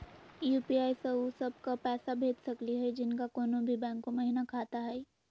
UPI स उ सब क पैसा भेज सकली हई जिनका कोनो भी बैंको महिना खाता हई?